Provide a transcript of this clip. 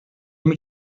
mit